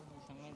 היסטורי, מאי.